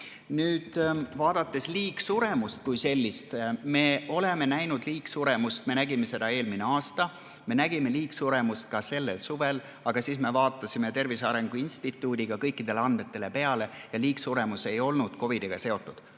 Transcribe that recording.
Nüüd, vaadates liigsuremust kui sellist – me oleme näinud liigsuremust. Me nägime seda eelmisel aastal, me nägime seda ka sellel suvel. Aga siis me vaatasime Tervise Arengu Instituudiga kõikidele andmetele peale ja nägime, et liigsuremus ei olnud COVID-iga seotud,